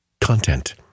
content